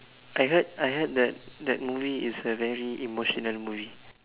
I heard I heard that that movie is a very emotional movie